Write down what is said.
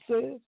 says